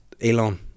Elon